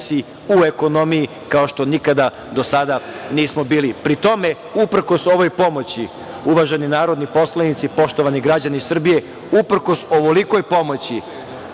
u ekonomiji kao što nikada do sada nismo bili. Pri tome, uprkos ovoj pomoći uvaženi narodni poslanici, poštovani građani Srbije, uprkos ovolikoj pomoći